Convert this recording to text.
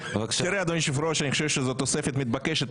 אדוני היושב ראש, אני חושב שזאת תוספת מתבקשת.